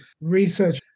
research